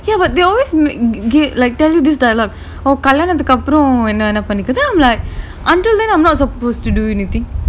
ya but they always get like tell you this dialogue oh கல்யாணத்துக்கு அப்புறம் என்ன வேணாலும் பணிக்கோ:kalyaanathuku appuram enna venaalum pannikko then I'm like until then I'm not supposed to do anything